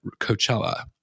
coachella